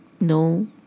No